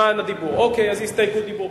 למען הדיבור, אז זו הסתייגות דיבור.